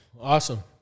Awesome